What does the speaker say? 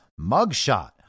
mugshot